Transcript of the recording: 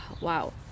Wow